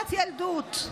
חברת ילדות,